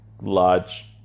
large